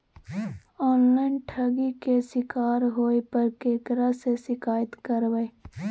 Online ठगी के शिकार होय पर केकरा से शिकायत करबै?